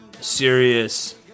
serious